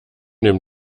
dem